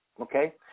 Okay